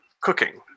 cooking